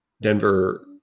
Denver